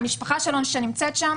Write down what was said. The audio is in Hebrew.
חוץ מהמשפחה שלו שנמצאת שם